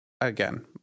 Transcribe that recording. again